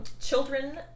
Children